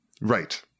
Right